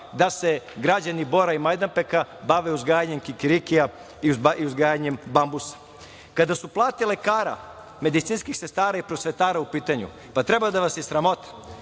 da se građani Bora i Majdanpeka bave uzgajanjem kikirikija i uzgajanjem bambusa. Kada su plate lekara, medicinskih sestara i prosvetara u pitanju, pa, treba da vas je sramota.